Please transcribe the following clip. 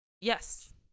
Yes